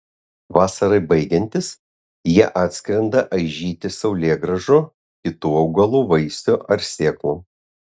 vasarai baigiantis jie atskrenda aižyti saulėgrąžų kitų augalų vaisių ar sėklų